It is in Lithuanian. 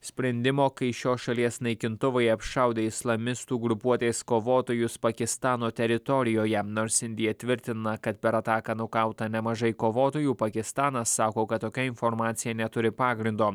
sprendimo kai šios šalies naikintuvai apšaudė islamistų grupuotės kovotojus pakistano teritorijoje nors indija tvirtina kad per ataką nukauta nemažai kovotojų pakistanas sako kad tokia informacija neturi pagrindo